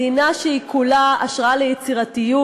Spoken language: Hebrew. מדינה שהיא כולה השראה ליצירתיות,